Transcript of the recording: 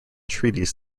treaties